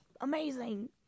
amazing